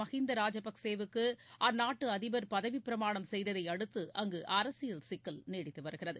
மகிந்தா ராஜபக்சேவுக்கு அந்நாட்டு அதிபர் பதவிப்பிரமாணம் செய்ததை அடுத்து அங்கு அரசியல் சிக்கல் நீடித்து வருகிறது